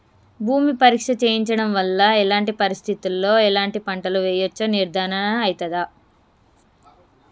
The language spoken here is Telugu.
భూమి పరీక్ష చేయించడం వల్ల ఎలాంటి పరిస్థితిలో ఎలాంటి పంటలు వేయచ్చో నిర్ధారణ అయితదా?